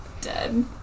dead